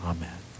Amen